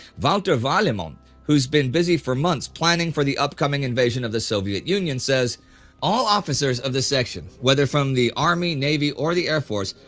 walter warlimont, who's been busy for months planning for the upcoming invasion of the soviet union, says all officers of the section, whether from the army, navy, or the air force,